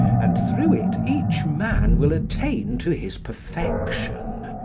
and through it each man will attain to his perfection.